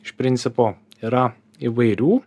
iš principo yra įvairių